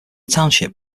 township